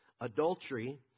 Adultery